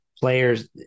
players –